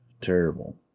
Terrible